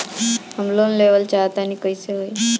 हम लोन लेवल चाह तानि कइसे होई?